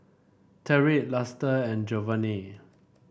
Tyrik Luster and Jovanny